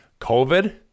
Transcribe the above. COVID